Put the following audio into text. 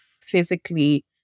physically